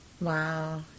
Wow